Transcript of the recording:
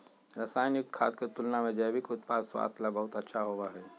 रसायन युक्त खाद्य के तुलना में जैविक उत्पाद स्वास्थ्य ला बहुत अच्छा होबा हई